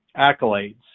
accolades